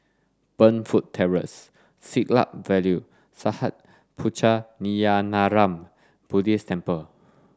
Burnfoot Terrace Siglap Valley Sattha Puchaniyaram Buddhist Temple